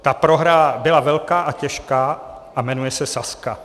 Ta prohra byla velká a těžká a jmenuje se Sazka.